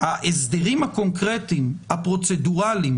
ההסדרים הקונקרטיים הפרוצדורליים,